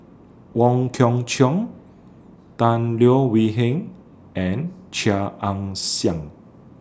Wong Kwei Cheong Tan Leo Wee Hin and Chia Ann Siang